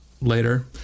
later